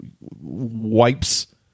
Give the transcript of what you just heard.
wipes